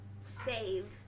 save